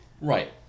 Right